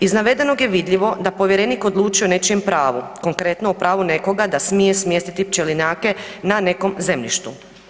Iz navedenog je vidljivo da povjerenik odlučuje o nečijem pravu, konkretno o pravu nekoga da se smije smjestiti pčelinjake na nekom zemljištu.